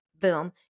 boom